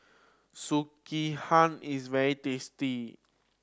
sekihan is very tasty